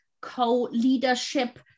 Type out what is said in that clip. co-leadership